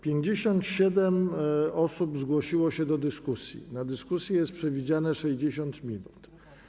57 osób zgłosiło się do dyskusji, a na dyskusję jest przewidziane 60 minut.